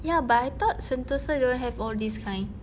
ya but I thought sentosa don't have all these kind